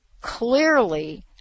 clearly